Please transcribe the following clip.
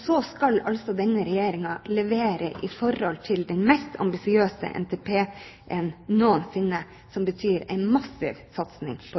Så skal denne regjeringen levere med hensyn til den mest ambisiøse NTP-en noensinne, som betyr en massiv satsing på